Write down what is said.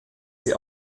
sie